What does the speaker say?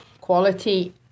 quality